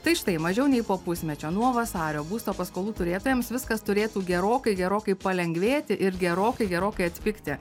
tai štai mažiau nei po pusmečio nuo vasario būsto paskolų turėtojams viskas turėtų gerokai gerokai palengvėti ir gerokai gerokai atpigti